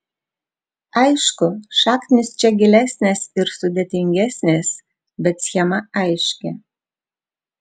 aišku šaknys čia gilesnės ir sudėtingesnės bet schema aiški